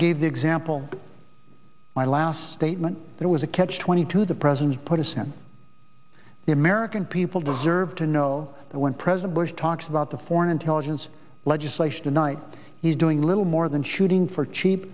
gave the example my last statement there was a catch twenty two the president put a sense the american people deserve to know that when president bush talks about the foreign intelligence legislation tonight he's doing little more than shooting for cheap